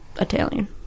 Italian